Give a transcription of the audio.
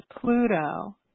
Pluto